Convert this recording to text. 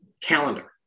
calendar